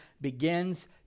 begins